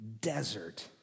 desert